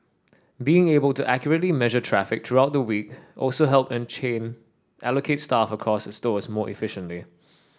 being able to accurately measure traffic throughout the week also helped the chain allocate staff across its stores more efficiently